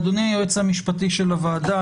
אדוני היועץ המשפטי של הוועדה,